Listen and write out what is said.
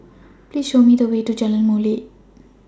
Please Show Me The Way to Jalan Molek